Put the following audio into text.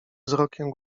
wzrokiem